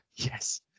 Yes